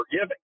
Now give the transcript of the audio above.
forgiving